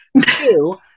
Two